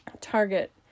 target